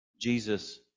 Jesus